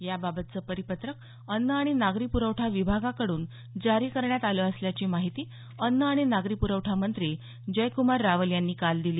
याबाबतचं परिपत्रक अन्न आणि नागरी प्रवठा विभागाकडून जारी करण्यात आलं असल्याची माहिती अन्न आणि नागरी प्रवठा मंत्री जयक्रमार रावल यांनी काल दिली